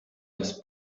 his